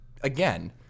again